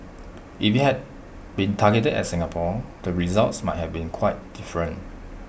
if IT had been targeted at Singapore the results might have been quite different